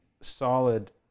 solid